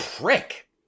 prick